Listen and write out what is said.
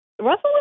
Russell